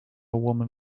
woman